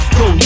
go